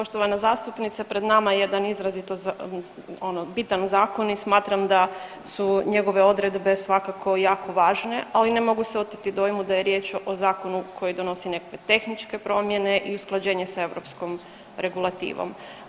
Poštovana zastupnice pred nama je jedan izrazito ono bitan zakon i smatram da su njegove odredbe svakako jako važne, ali ne mogu se oteti dojmu da je riječ o zakonu koji donosi neke tehničke promjene i usklađenje s europskom regulativom.